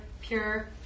pure